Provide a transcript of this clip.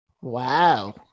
Wow